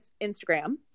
Instagram